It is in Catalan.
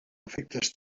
efectes